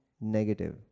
negative